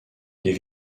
les